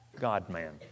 God-man